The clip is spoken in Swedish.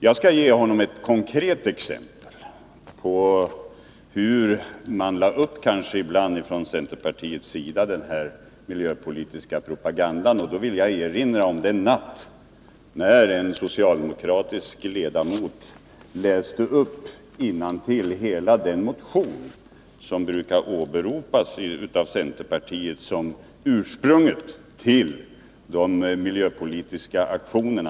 Jag skall ge utskottets ordförande ett konkret exempel på hur centern ibland lade upp sin miljöpolitiska propaganda. Jag erinrar om den natt då en socialdemokratisk ledamot innantill läste upp hela den motion som brukar åberopas av centerpartiet som ursprunget till de miljöpolitiska ambitionerna.